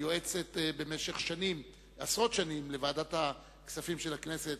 היועצת במשך עשרות שנים לוועדת הכספים של הכנסת,